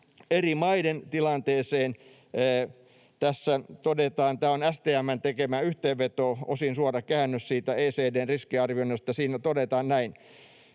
tämä on STM:n tekemä yhteenveto, osin suora käännös siitä ECDC:n riskiarvioinnista: ”Koronaviruksen